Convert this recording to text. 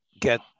get